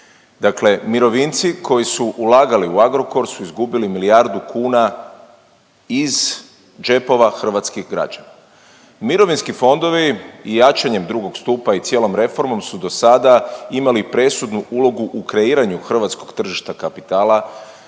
Dakle mirovinci koji su ulagali u Agrokor su izgubili milijardu kuna iz džepova hrvatskih građana. Mirovinski fondovi i jačanjem drugog stupa i cijelom reformom su do sada imali presudnu ulogu u kreiranju hrvatskog tržišta kapitala.